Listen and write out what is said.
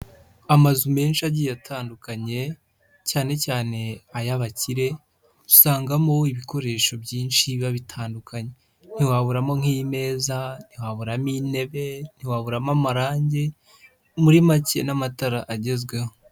Amazu menshi agiye atandukanye cyane cyane ay'abakire, usangamo ibikoresho byinshi biba bitandukanye. Ntiwaburamo nk'imeza, ntiwaburamo intebe, ntiwaburamo amarange, muri make n'amatara agezweho.